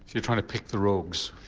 you're trying to pick the rogues?